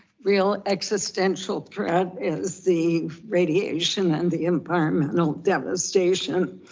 real existential threat is the radiation and the environmental devastation.